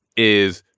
is.